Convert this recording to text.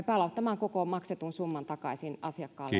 palauttamaan koko maksetun summan asiakkaalle